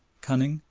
cunning,